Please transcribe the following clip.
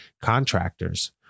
contractors